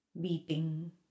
beating